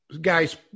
guys